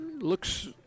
looks